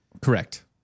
Correct